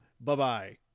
Bye-bye